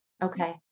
Okay